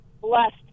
blessed